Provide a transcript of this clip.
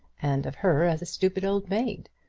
and of her as a stupid old maid.